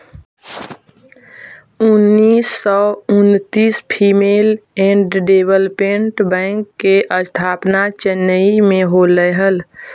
उन्नीस सौ उन्नितिस फीमेल एंड डेवलपमेंट बैंक के स्थापना चेन्नई में होलइ हल